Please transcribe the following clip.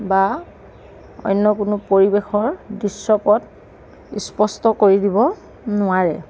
বা অন্য কোনো পৰিৱেশৰ দৃশ্যপট স্পষ্ট কৰি দিব নোৱাৰে